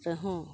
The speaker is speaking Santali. ᱨᱮᱦᱚᱸ